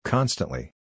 Constantly